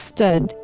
Stud